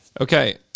Okay